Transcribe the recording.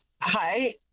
hi